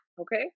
Okay